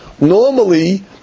normally